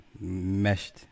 meshed